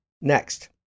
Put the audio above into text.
Next